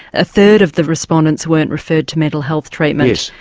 a third of the respondents weren't referred to mental health treatment,